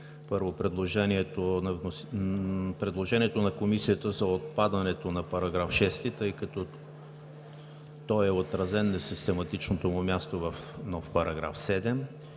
първо, предложението на Комисията за отпадането на § 6, тъй като той е отразен на систематичното му място в нов § 7,